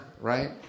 right